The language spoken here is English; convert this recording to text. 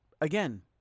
again